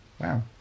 Wow